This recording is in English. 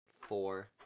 four